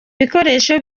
ibikoresho